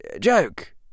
joke